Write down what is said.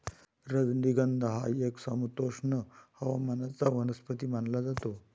राजनिगंध हा एक समशीतोष्ण हवामानाचा वनस्पती मानला जातो